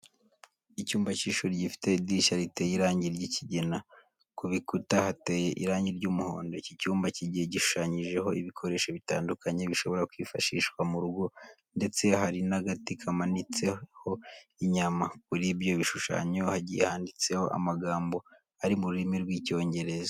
Icyumba cy'ishuri gifite idirishya riteye irangi ry'ikigina, ku bikuta hateye irangi ry'umuhondo. Iki cyumba kigiye gishushanyijeho ibikoresho bitandukanye bishobora kwifashishwa mu rugo ndetse hari n'agati kamanitseho inyama. Kuri ibyo bishushanyo hagiye handitseho amagambo ari mu rurimi rw'Icyongereza.